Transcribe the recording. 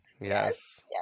Yes